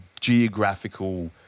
geographical